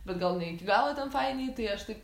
bet gal ne iki galo ten fainiai tai aš taip